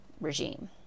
regime